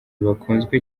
bakunzwe